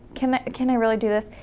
can can i really do this?